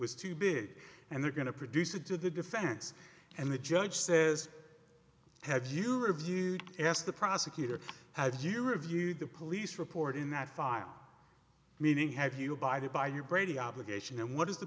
was too big and they're going to produce it to the defense and the judge says have you reviewed ask the prosecutor had you reviewed the police report in that file meaning have you abide by your brady obligation and what is the